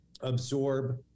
absorb